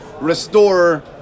restore